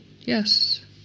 yes